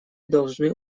должны